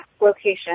location